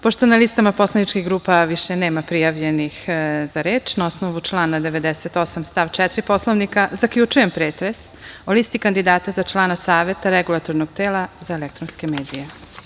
Pošto na listama poslaničkih grupa više nema prijavljenih za reč, na osnovu člana 98. stav 4. Poslovnika, zaključujem pretres o listi kandidata za člana Saveta Regulatornog tela za elektronske medije.